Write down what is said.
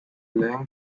lehen